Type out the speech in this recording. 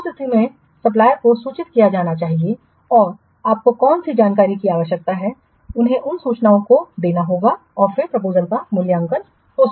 उस स्थिति में सप्लायर्स को सूचित किया जाना चाहिए और आपको कौन सी जानकारी की आवश्यकता है उन्हें उन सूचनाओं को देना होगा और फिर प्रपोजलस का मूल्यांकन हो सकता है